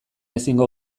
ezingo